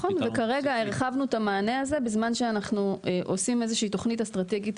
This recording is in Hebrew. וכרגע הרחבנו את המענה הזה בזמן שאנחנו עושים איזושהי תוכנית אסטרטגית